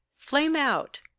flame out,